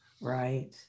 Right